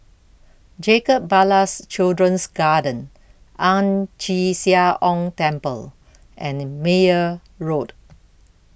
Jacob Ballas Children's Garden Ang Chee Sia Ong Temple and Meyer Road